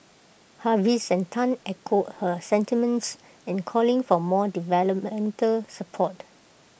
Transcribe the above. Hafiz and Tan echoed her sentiments in calling for more developmental support